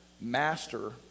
master